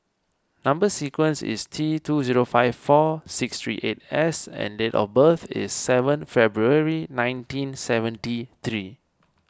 Number Sequence is T two zero five four six three eight S and date of birth is seven February nineteen seventy three